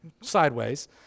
sideways